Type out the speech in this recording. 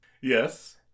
Yes